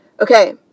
okay